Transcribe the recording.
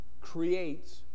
creates